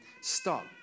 stop